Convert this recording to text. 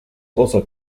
also